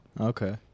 Okay